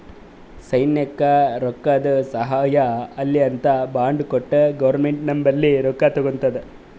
ಸೈನ್ಯಕ್ ರೊಕ್ಕಾದು ಸಹಾಯ ಆಲ್ಲಿ ಅಂತ್ ಬಾಂಡ್ ಕೊಟ್ಟು ಗೌರ್ಮೆಂಟ್ ನಂಬಲ್ಲಿ ರೊಕ್ಕಾ ತಗೊತ್ತುದ